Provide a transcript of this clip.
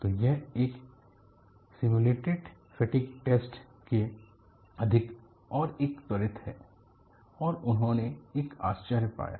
तो यह एक सिमुलेटेड फटिग टेस्ट से अधिक और एक त्वरित है और उन्होंने एक आश्चर्य पाया